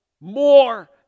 more